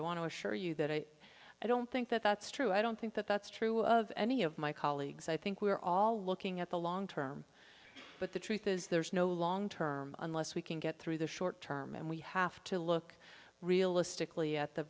i want to assure you that i don't think that that's true i don't think that that's true of any of my colleagues i think we're all looking at the long term but the truth is there's no long term unless we can get through the short term and we have to look realistically at the